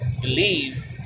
believe